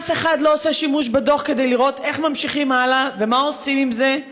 אף אחד לא עושה שימוש בדוח כדי לראות איך ממשיכים הלאה ומה עושים עם זה.